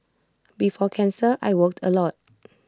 before cancer I worked A lot